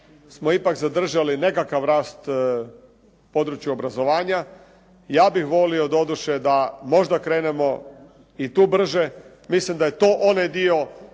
smo ipak zadržali nekakav rast u području obrazovanja. Ja bih volio doduše da možda krenemo i tu brže. Mislim da je to onaj dio,